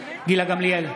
נגד גילה גמליאל,